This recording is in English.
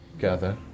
gather